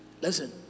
Listen